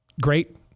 great